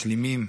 משלימים,